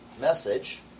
message